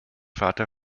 vater